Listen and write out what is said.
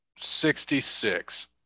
sixty-six